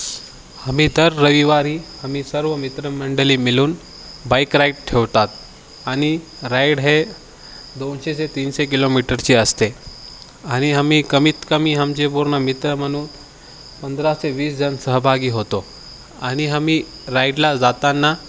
आम्ही तर रविवारी आम्ही सर्व मित्रमंडळी मिळून बाईक राईड ठेवतात आणि राईड हे दोनशे ते तीनशे किलोमीटरचे असते आणि आम्ही कमीतकमी आमचे पूर्ण मित्र म्हणून पंधरा ते वीसजण सहभागी होतो आणि आम्ही राईडला जाताना